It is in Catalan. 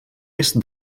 est